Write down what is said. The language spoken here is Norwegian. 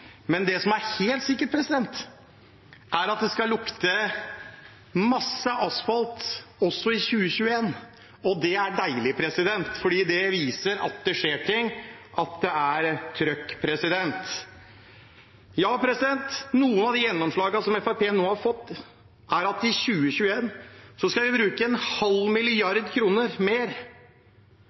men det som er helt sikkert, er at det skal lukte mye asfalt også i 2021. Det er deilig, for det viser at det skjer ting, og at det er trykk. Ja, noen av gjennomslagene som Fremskrittspartiet nå har fått, er at vi i 2021 skal bruke en halv milliard kroner mer,